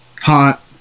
Hot